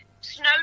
snow